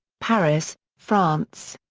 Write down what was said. paris, france,